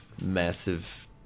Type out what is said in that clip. massive